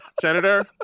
Senator